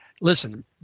Listen